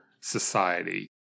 society